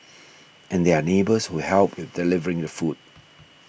and there are neighbours who help with delivering the food